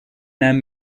and